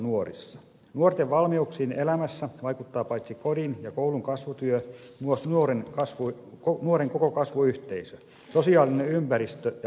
nuorten valmiuksiin elämässä vaikuttaa paitsi kodin ja koulun kasvutyö myös nuoren koko kasvuyhteisö sosiaalinen ympäristö ja harrastustoiminta